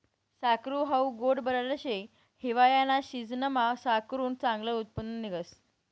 साकरू हाऊ गोड बटाटा शे, हिवायाना सिजनमा साकरुनं चांगलं उत्पन्न निंघस